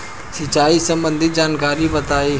सिंचाई संबंधित जानकारी बताई?